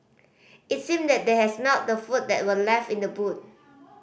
it seemed that they had smelt the food that were left in the boot